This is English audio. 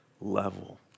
level